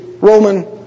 Roman